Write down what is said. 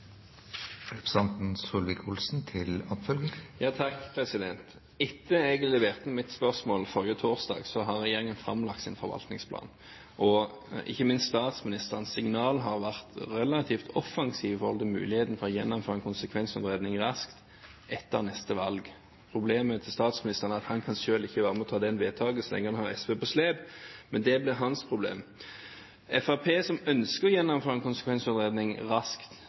Etter at jeg leverte inn mitt spørsmål forrige torsdag, har regjeringen lagt fram sin forvaltningsplan. Ikke minst har statsministerens signaler vært relativt offensive i forhold til muligheten for å gjennomføre en konsekvensutredning raskt etter neste valg. Problemet til statsministeren er at han selv ikke kan være med på å fatte det vedtaket så lenge han har SV på slep, men det blir hans problem. Fremskrittspartiet, som ønsker å gjennomføre en konsekvensutredning raskt